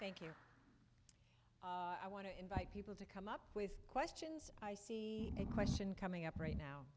thank you i want to invite people to come up with questions i see a question coming up right now